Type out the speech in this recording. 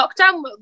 lockdown